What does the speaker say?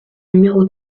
numéro